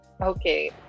Okay